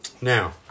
Now